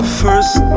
first